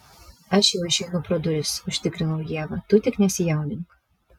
aš jau išeinu pro duris užtikrinau ievą tu tik nesijaudink